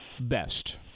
best